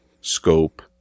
scope